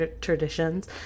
traditions